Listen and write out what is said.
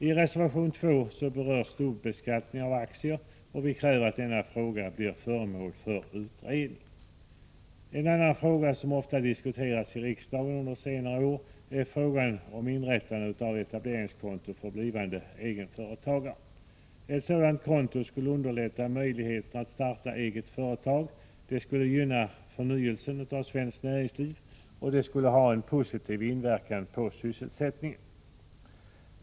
I reservation 2 berörs dubbelbeskattningen av aktier, och vi kräver där att denna fråga blir föremål för utredning. En annan fråga som ofta diskuterats i riksdagen under senare år är frågan om inrättande av etableringskonto för blivande egenföretagare. Ett sådant konto skulle förbättra möjligheterna till startande av eget företag, det skulle gynna förnyelse av svenskt näringsliv och det skulle ha en positiv inverkan på sysselsättningen.